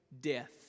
death